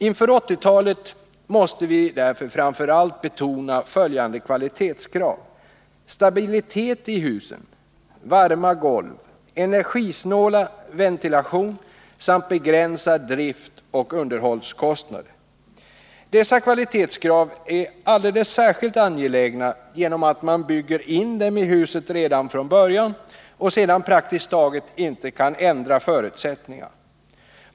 Inför 1980-talet måste vi framför allt betona följande kvalitetskrav: stabilitet i huset, varma golv, energisnål ventilation samt begränsade driftoch underhållskostnader. Dessa kvalitetskrav är alldeles särskilt angelägna genom att man bygger in dem i huset redan från början och sedan praktiskt taget inte kan ändra förutsättningarna.